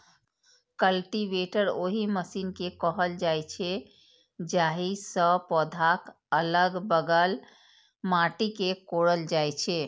cultivator ओहि machine कें कहल जाइ छै, जाहि सं पौधाक अलग बगल माटि कें कोड़ल जाइ छै